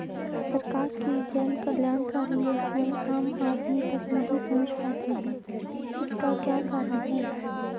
सरकार की जन कल्याणकारी योजनाएँ आम आदमी तक नहीं पहुंच पाती हैं इसका क्या कारण है?